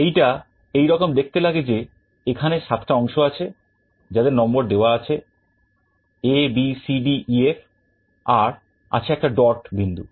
এইটা এইরকম দেখতে লাগে যে এখানে সাতটা অংশ আছে যাদের নাম্বার দেয়া হয়েছে ABCDEF আর আছে একটা ডট বিন্দু